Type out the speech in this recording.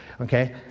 okay